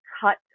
cut